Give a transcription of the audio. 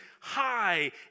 high